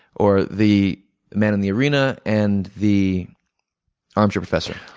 or the man and the arena and the armchair professor.